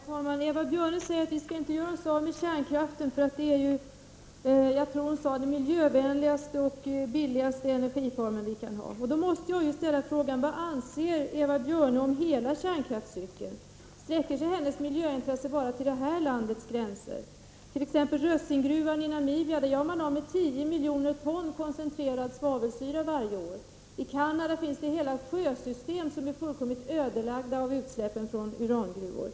Herr talman! Eva Björne säger att vi inte skall göra oss av med kärnkraften, eftersom den är — som jag tror att hon sade — den miljövänligaste och billigaste energiformen. Då måste jag ställa frågan: Vad anser Eva Björne om hela kärnkrafts-cykeln? Slutar hennes miljöintresse vid det här landets gränser? I t.ex. Rössinggruvan i Namibia gör man av med 10 miljoner ton koncentrerad svavelsyra varje år. I Kanada finns hela sjösystem som är fullkomligt ödelagda av utsläppen från urangruvor.